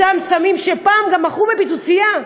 אותם סמים שפעם גם מכרו בפיצוצייה,